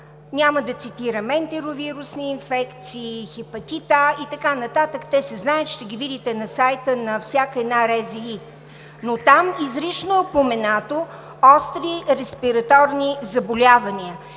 Няма да цитирам ентеровирусни инфекции, хепатит А и така нататък, те се знаят, ще ги видите на сайта на всяка една РЗИ. Там обаче изрично е упоменато „остри респираторни заболявания“.